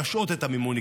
להשעות את המימון,